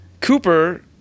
Cooper